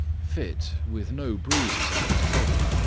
fit, with no bruises on his body,